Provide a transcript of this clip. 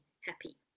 happy